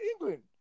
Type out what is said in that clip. England